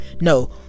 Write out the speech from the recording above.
no